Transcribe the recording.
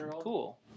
cool